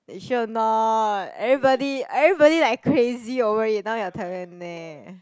you sure or not everybody everybody like crazy over it now your turn eh